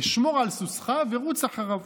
אשמור על סוסך ורוץ אחריו.